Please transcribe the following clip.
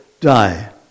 die